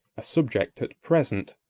subject at present,